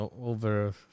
over